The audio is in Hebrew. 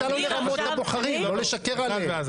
תודה.